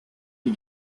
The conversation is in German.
die